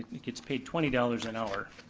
it gets paid twenty dollars an hour.